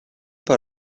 par